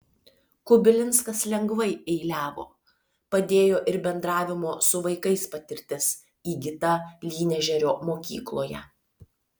kubilinskas lengvai eiliavo padėjo ir bendravimo su vaikais patirtis įgyta lynežerio mokykloje